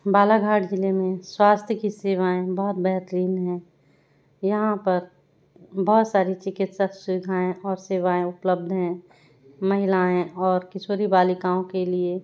बालाघाट जिले में स्वास्थ्य की सेवाएँ बहुत बेहतरीन हैं यहाँ पर बहुत सारी चिकित्सक सुविधाएँ और सेवाएँ उपलब्ध हैं महिलाएँ और किशोरी बालिकाओं के लिए